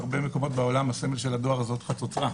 ובהרבה מקומות בעולם הסמל של הדואר זאת חצוצרה.